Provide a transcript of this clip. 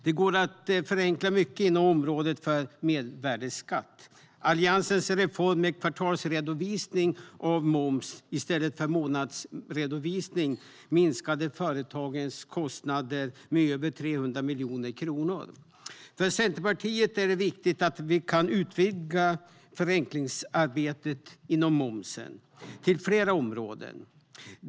Det går att förenkla mycket inom området mervärdesskatt. Alliansens reform med kvartalsredovisning av moms i stället för månadsredovisning minskade företagens kostnader med över 300 miljoner kronor. För Centerpartiet är det viktigt att vi kan utvidga förenklingsarbetet inom momsen till fler områden.